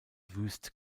wüst